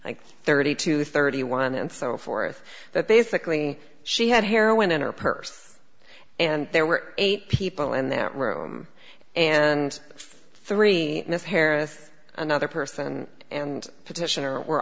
like thirty two thirty one and so forth that basically she had heroin in her purse and there were eight people in that room and florrie harris another person and petitioner were